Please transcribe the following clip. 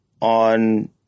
on